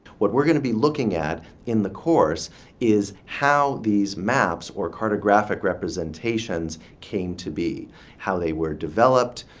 what we're going to be looking at in the course is how these maps or cartographic representations came to be how they were developed,